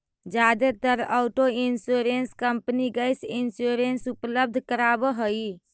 जादेतर auto insurance company gap insurance उपलब्ध करावऽ हई